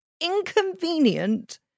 Inconvenient